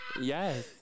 yes